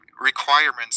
requirements